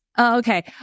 Okay